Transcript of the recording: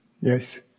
Yes